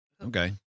Okay